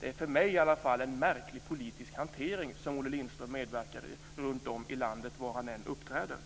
Det är i alla fall för mig en märklig politisk hantering som Olle Lindström medverkar i runtom i landet där han uppträder.